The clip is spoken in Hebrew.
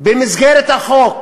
במסגרת החוק.